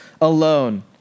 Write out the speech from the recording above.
alone